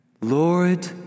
Lord